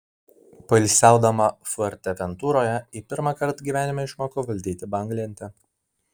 poilsiaudama fuerteventuroje ji pirmąkart gyvenime išmoko valdyti banglentę